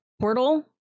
portal